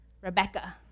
Rebecca